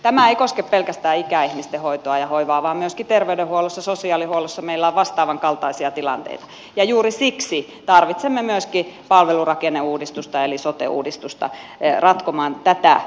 tämä ei koske pelkästään ikäihmisten hoitoa ja hoivaa vaan myöskin terveydenhuollossa sosiaalihuollossa meillä on vastaavan kaltaisia tilanteita ja juuri siksi tarvitsemme myöskin palvelurakenneuudistusta eli sote uudistusta ratkomaan tätä ongelmaa